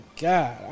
God